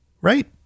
right